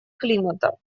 климата